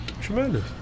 Tremendous